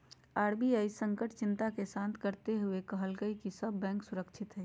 RBI संकट चिंता के शांत करते हुए कहलकय कि सब बैंक सुरक्षित हइ